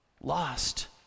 lost